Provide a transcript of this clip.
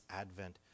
Advent